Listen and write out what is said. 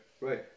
Right